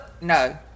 no